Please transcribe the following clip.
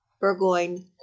Burgoyne